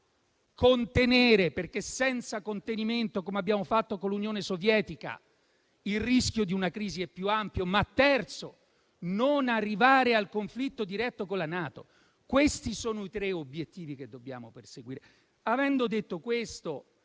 perché senza contenimento - come abbiamo fatto con l'Unione Sovietica - il rischio di una crisi è più ampio; in terzo luogo, non bisogna arrivare al conflitto diretto con la NATO. Questi sono i tre obiettivi che dobbiamo perseguire. Avendo detto questo,